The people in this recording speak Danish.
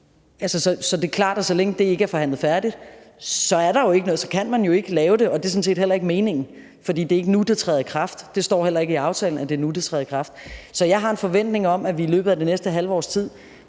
Så det er klart, at så længe det ikke er forhandlet færdigt, er der jo ikke noget; så kan man jo ikke lave det, og det er sådan set heller ikke meningen. For det er ikke nu, det træder i kraft. Det står heller ikke i aftalen, at det er nu, det træder i kraft. Så jeg har en forventning om, at vi i løbet af det næste halve års tid